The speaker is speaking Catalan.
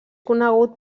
conegut